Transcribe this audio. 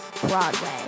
Broadway